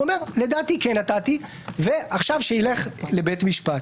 הוא אומר, לדעתי, כן נתתי ועכשיו שיילך לבית משפט.